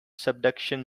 subduction